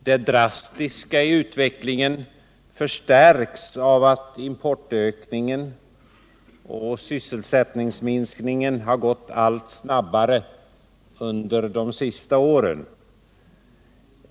Det drastiska i utvecklingen förstärks av att importökningen och sysselsättningsminskningen har gått allt snabbare under de senaste åren.